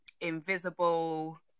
invisible